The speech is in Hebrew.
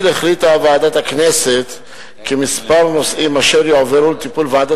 החליטה ועדת הכנסת כי מספר נושאים אשר יועברו לטיפול ועדת